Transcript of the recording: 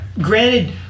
Granted